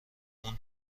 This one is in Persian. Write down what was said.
اون